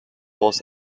was